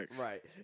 right